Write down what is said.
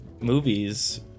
movies